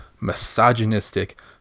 misogynistic